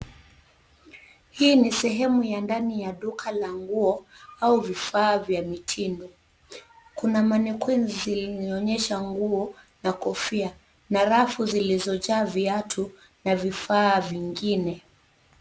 Hii ni sehemu ya ndani ya duka la nguo au vifaa vya mitindo. Kuna mannequins zilionyesha nguo na kofia na rafu zilizojaa viatu na vifaa vingine.